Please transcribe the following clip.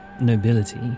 nobility